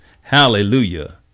Hallelujah